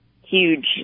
huge